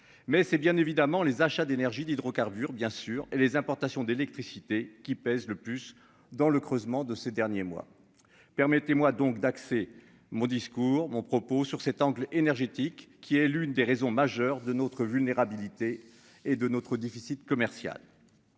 Mais c'est bien évidemment les achats d'énergie d'hydrocarbures bien sûr et les importations d'électricité qui pèse le plus dans le creusement de ces derniers mois. Permettez-moi donc d'accès mon discours mon propos sur cet angle énergétique qui est l'une des raisons majeures de notre vulnérabilité et de notre déficit commercial.